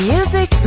Music